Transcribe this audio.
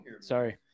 sorry